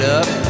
up